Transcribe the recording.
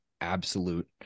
absolute